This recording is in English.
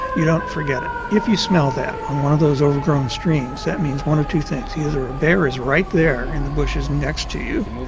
you don't forget it. if you smell that on one of those overgrown streams, that means one of two things either a bear is right there in the bushes next to you,